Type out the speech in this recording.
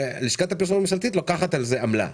ולשכת הפרסום הממשלתית לוקחת על זה עמלה.